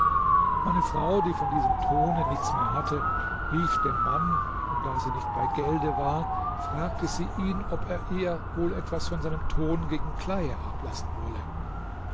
meine frau die von diesem tone nichts mehr hatte rief dem mann und da sie nicht bei gelde war fragte sie ihn ob er ihr wohl etwas von seinem ton gegen kleie ablassen wolle